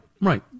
right